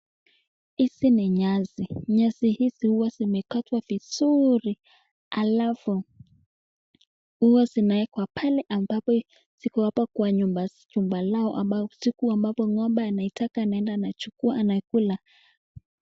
Hizi ni nyasi, nyasi hizi huwa zimekatwa vizuri alafu huwa zinawekwa pale ambapo ziko hapa kwa nyumba ambazo siku ambapo ng'ombe anaitaka anaenda anachukua anaikula.